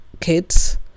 kids